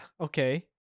okay